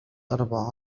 أربعة